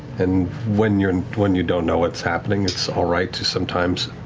and when you and when you don't know what's happening, it's all right to sometimes